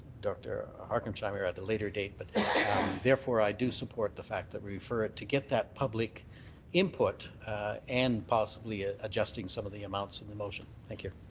dr. hargesheimer at a later date but therefore i do support the fact that we refer it to get that public input and possibly ah adjusting some of the amounts in the motion. thank you.